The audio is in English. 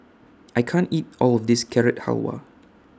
I can't eat All of This Carrot Halwa